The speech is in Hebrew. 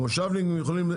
מושבניקים יכולים,